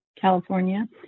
California